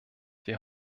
wir